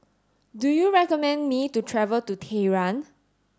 do you recommend me to travel to Tehran